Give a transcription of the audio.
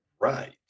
right